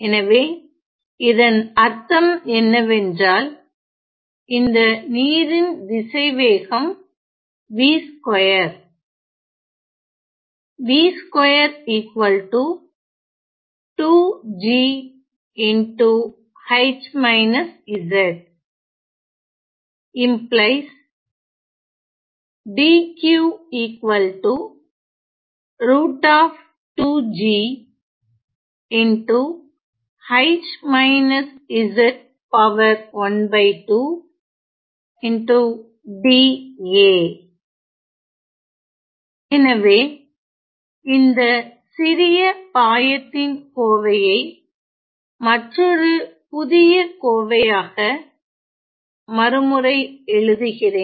எனவே இதன் அர்த்தம் என்னவென்றால் இந்த நீரின் திசைவேகம் v2 எனவே இந்த சிறிய பாயத்தின் கோவையை மற்றோரு புதிய கோவையாக மறுமுறை எழுதுகிறேன்